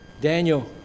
Daniel